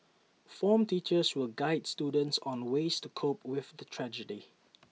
form teachers will guide students on ways to cope with the tragedy